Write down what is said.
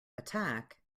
attack